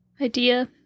idea